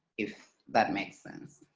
if that makes sense?